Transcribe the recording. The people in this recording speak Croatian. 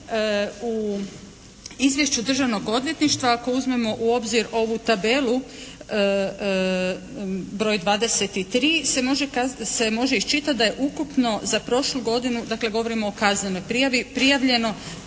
u izvješću Državnog odvjetništva ako uzmemo u obzir ovu tabelu broj 23 se može kazati da se može iščitati da je ukupno za prošlu godinu, dakle govorimo o kaznenoj prijavi